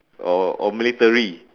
or or military